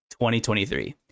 2023